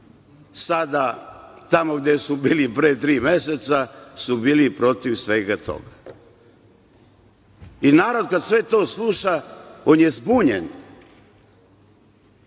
sada tamo gde su bili pre tri meseca su bili protiv svega toga. Narod kad sve to sluša on je zbunjen. Šta